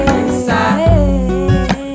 inside